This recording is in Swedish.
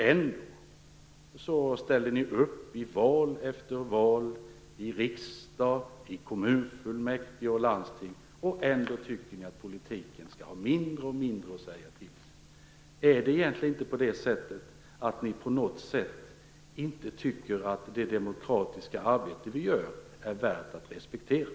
Ändå ställer Moderaterna upp i val efter val till riksdag, kommunfullmäktige och landsting. Ändå tycker de att politiken skall ha mindre och mindre betydelse. Är det egentligen inte så att Moderaterna på något sätt inte tycker att det demokratiska arbete vi utför är värt att respektera?